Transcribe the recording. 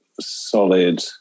solid